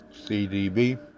CDB